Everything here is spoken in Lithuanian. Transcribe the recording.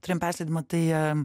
turėjom persėdimą tai